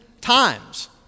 times